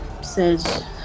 says